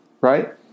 right